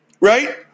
right